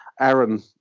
aaron